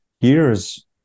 years